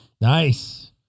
Nice